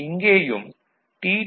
இங்கேயும் டி